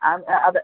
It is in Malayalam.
ആ അത്